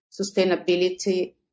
sustainability